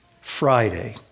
Friday